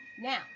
Now